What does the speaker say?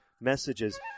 messages